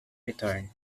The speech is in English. return